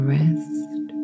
rest